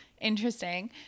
interesting